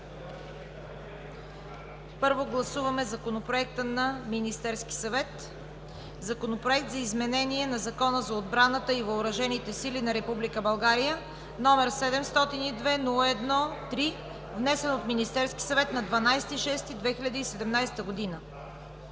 Първо гласуваме Законопроекта на Министерския съвет – Законопроект за изменение на Закона за отбраната и въоръжените сили на Република България, № 702-01-3, внесен от Министерския съвет на 12 юни 2017 г.